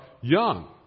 young